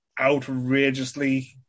outrageously